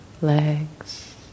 legs